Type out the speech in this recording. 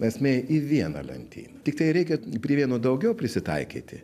esmėj į vieną lentyną tiktai reikia prie vieno daugiau prisitaikyti